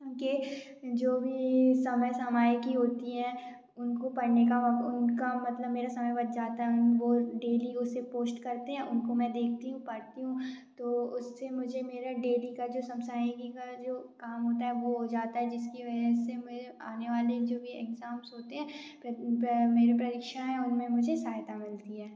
उनके जो भी समय सामयिकी होती हैं उनको पढ़ने का वक्त उनका मतलब मेरा समय बच जाता है उनको डेली उसे पोस्ट करते हैं उनको मैं देखती हूँ पढ़ती हूँ तो उससे मुझे मेरा डेली का जो सामयिकी का जो काम होता है वो हो जाता है जिसकी वजह से मेरे आने वाले जो भी एग्ज़ाम्स होते हैं मेरे परीक्षाएँ उनमें मुझे सहायता मिलती है